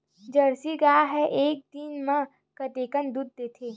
Jersey गाय ह एक दिन म कतेकन दूध देथे?